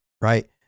Right